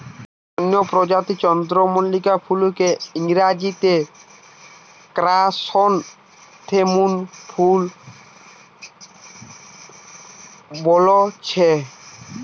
অনেক প্রজাতির চন্দ্রমল্লিকা ফুলকে ইংরেজিতে ক্র্যাসনথেমুম ফুল বোলছে